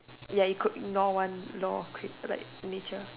ya you could ignore one law of cou of like nature